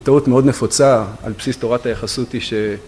טעות מאוד נפוצה על בסיס תורת היחסות היא ש...